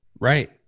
Right